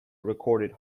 recorded